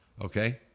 okay